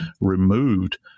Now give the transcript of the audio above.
removed